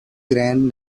grand